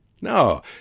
No